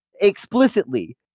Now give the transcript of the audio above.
explicitly